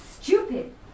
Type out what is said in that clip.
stupid